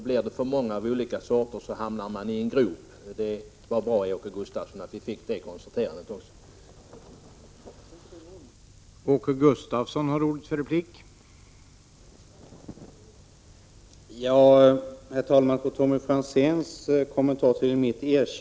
Blir det för många av olika sorter hamnar man i en grop — det var bra att vi fick det konstaterandet också, Åke Gustavsson.